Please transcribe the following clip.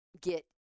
Get